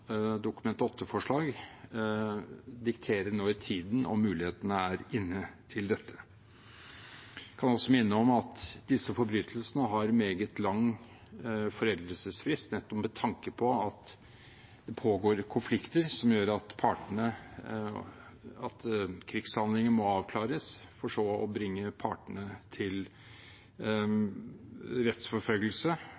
Dokument 8-forslag dikterer når tiden og muligheten til dette er inne. Jeg kan også minne om at disse forbrytelsene har meget lang foreldelsesfrist, nettopp med tanke på at det pågår konflikter som gjør at krigshandlinger må avklares, for så å bringe partene til